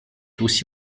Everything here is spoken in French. aussi